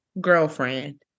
girlfriend